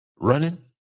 running